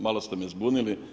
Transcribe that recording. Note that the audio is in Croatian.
Malo ste me zbunili.